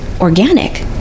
organic